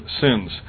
sins